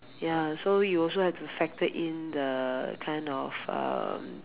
ya so you also have to factor in the kind of um